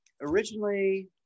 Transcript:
Originally